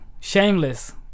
shameless